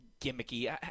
gimmicky –